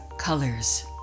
colors